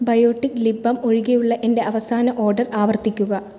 biotic lip balm ഒഴികെയുള്ള എന്റെ അവസാന ഓർഡർ ആവർത്തിക്കുക